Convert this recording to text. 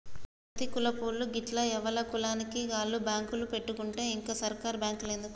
ప్రతి కులపోళ్లూ గిట్ల ఎవల కులానికి ఆళ్ల బాంకులు పెట్టుకుంటే ఇంక సర్కారు బాంకులెందుకు